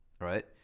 right